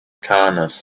kindness